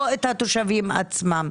לא את התושבים עצמם.